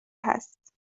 هست